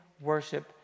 worship